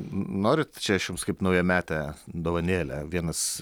norit čia aš jums kaip naujametę dovanėlę vienas